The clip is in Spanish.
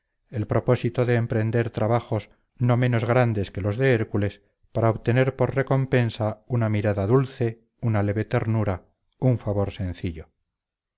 el propósito de emprender trabajos no menos grandes que los de hércules para obtener por recompensa una mirada dulce una leve ternura un favor sencillo